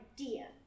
idea